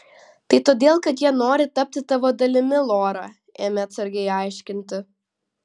tai todėl kad jie nori tapti tavo dalimi lora ėmė atsargiai aiškinti